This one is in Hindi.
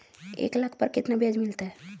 एक लाख पर कितना ब्याज मिलता है?